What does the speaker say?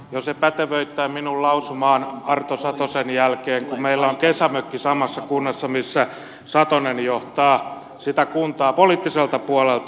jo se pätevöittää minut lausumaan arto satosen jälkeen kun meillä on kesämökki samassa kunnassa jota satonen johtaa poliittiselta puolelta